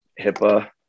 HIPAA